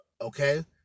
Okay